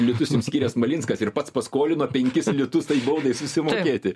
litus jums skyręs malinskas ir pats paskolino penkis litus tai baudai susimokėti